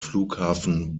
flughafen